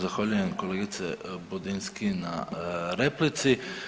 Zahvaljujem kolegice Budinski na replici.